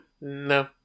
No